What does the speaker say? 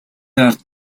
ард